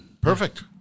perfect